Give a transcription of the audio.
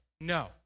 No